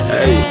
Hey